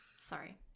Sorry